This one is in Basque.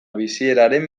bizieraren